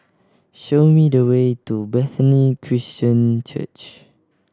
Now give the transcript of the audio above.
show me the way to Bethany Christian Church